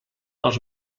els